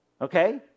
Okay